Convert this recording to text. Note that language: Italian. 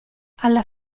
alla